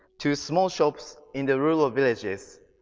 to small shops in the rural ah villages